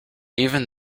even